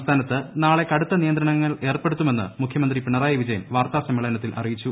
സംസ്ഥാനത്ത് നാളെ കടുത്ത നിയന്ത്രണങ്ങൾ ഏർപ്പെടുത്തുമെന്ന് മുഖ്യമന്ത്രി പിണറായി വിജയൻ വാർത്താ സ്മ്മേളനത്തിൽ അറിയിച്ചു